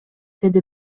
деди